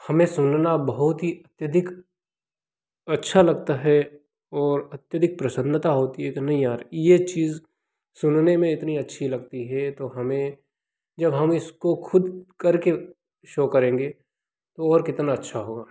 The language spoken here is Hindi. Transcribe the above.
हमें सुनना बहुत ही अत्यधिक अच्छा लगता है और अत्यधिक प्रसन्नता होती है कि नहीं यार ये चीज़ सुनने में इतनी अच्छी लगती है तो हमें जब हम इसको खुद करके शो करेंगे तो और कितना अच्छा होगा